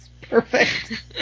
Perfect